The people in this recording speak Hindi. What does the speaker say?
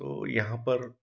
तो यहाँ पर